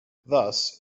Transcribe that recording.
thus